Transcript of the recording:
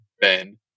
Ben